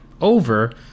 over